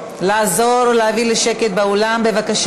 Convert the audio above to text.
כבר הוספתי לך בגלל